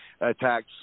attacks